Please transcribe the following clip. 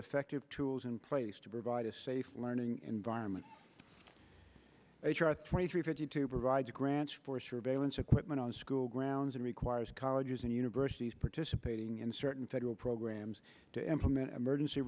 effective tools in place to provide a safe learning environment h r twenty three fifty two provides grants for surveillance equipment on school grounds and requires colleges and universities participating in certain federal programs to implement emergency